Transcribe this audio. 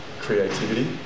creativity